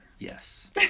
Yes